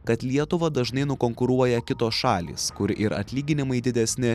kad lietuvą dažnai nukonkuruoja kitos šalys kur ir atlyginimai didesni